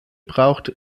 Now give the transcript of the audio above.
braucht